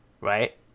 right